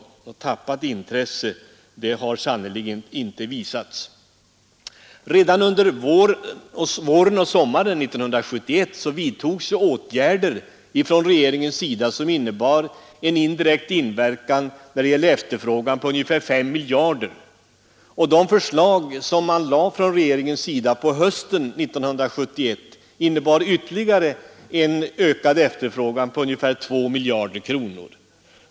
Något tappat intresse har det sannerligen inte varit fråga om. Redan under våren och sommaren 1971 vidtogs åtgärder från regeringens sida som innebar en indirekt ökning av efterfrågan på ungefär 5 miljarder. De förslag som man lade från regeringens sida på hösten 1971 innebar ytterligare en ökad efterfrågan på ungefär 2 miljarder kronor.